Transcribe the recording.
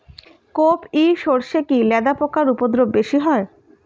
কোপ ই সরষে কি লেদা পোকার উপদ্রব বেশি হয়?